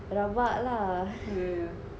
rabak lah